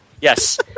Yes